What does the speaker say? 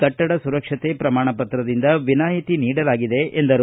ಕಟ್ಟಡ ಸುರಕ್ಷತೆ ಪ್ರಮಾಣಪತ್ರದಿಂದ ವಿನಾಯಿತಿ ನೀಡಲಾಗಿದೆ ಎಂದರು